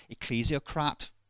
ecclesiocrat